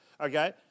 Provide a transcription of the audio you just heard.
okay